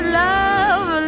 love